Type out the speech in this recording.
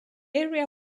area